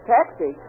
Taxi